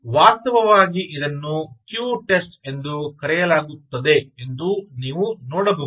ವಾಸ್ತವವಾಗಿ ಇದನ್ನು Q test ಎಂದು ಕರೆಯಲಾಗುತ್ತದೆ ಎಂದು ನೀವು ನೋಡಬಹುದು